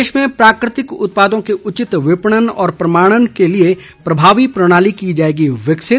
प्रदेश में प्राकृतिक उत्पादों के उचित विपणन और प्रमाणन के लिए प्रभावी प्रणाली की जाएगी विकसित